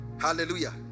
Hallelujah